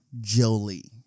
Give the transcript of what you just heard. Jolie